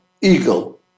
eagle